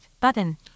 button